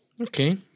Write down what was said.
Okay